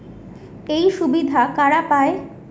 এই সুবিধা কারা পায়?